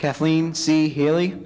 kathleen see hailey